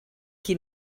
qui